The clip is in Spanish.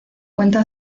cuenta